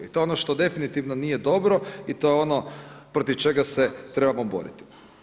I ot je ono što definitivno nije dobro i to je ono protiv čega se trebamo boriti.